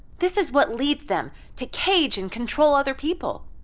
this is what leads them to cage and control other people.